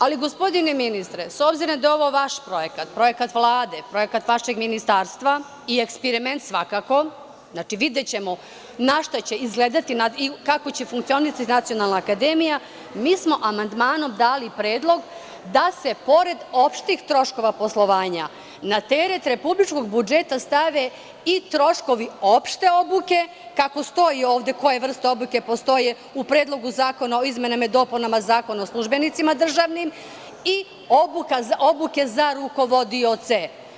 Ali, gospodine ministre, s obzirom da je ovo vaš projekat, projekat Vlade, projekat vašeg ministarstva i eksperiment svakako, znači, videćemo na šta će izgledati i kako će funkcionisati Nacionalna akademija, mi smo amandmanom dali predlog da se pored opštih troškova poslovanja na teret republičkog budžeta stave i troškovi opšte obuke, kako stoji ovde, koje vrste obuke postoje u Predlogu zakona o izmenama i dopunama Zakona o državnim službenicima, i obuke za rukovodioce.